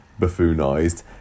buffoonized